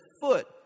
foot